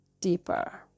deeper